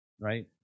right